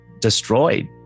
destroyed